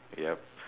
yup